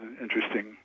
interesting